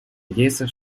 надеется